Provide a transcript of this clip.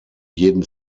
jeden